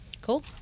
Cool